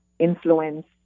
influence